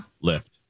Lift